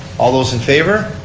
all those in favor.